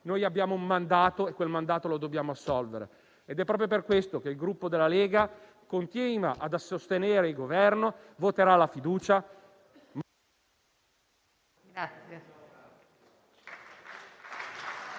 Noi abbiamo un mandato e quel mandato lo dobbiamo assolvere. È proprio per questo che il Gruppo della Lega continua e sostenere il Governo e voterà a favore